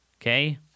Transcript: okay